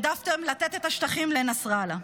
העדפתם לתת את השטחים לנסראללה.